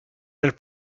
nel